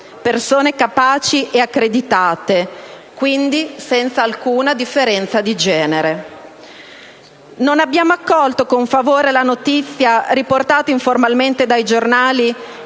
Non abbiamo accolto con favore la notizia riportata informalmente dai giornali